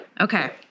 Okay